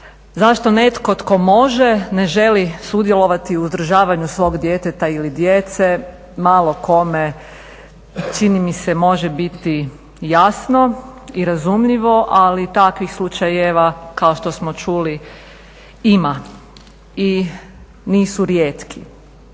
Zašto netko tko može ne želi sudjelovati u uzdržavanju svog djeteta ili djece malo kome čini mi se može biti jasno i razumljivo, ali takvih slučajeva kao što smo čuli ima i nisu rijetki.